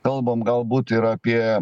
kalbam galbūt ir apie